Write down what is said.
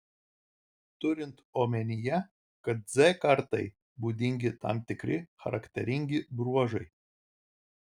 turint omenyje kad z kartai būdingi tam tikri charakteringi bruožai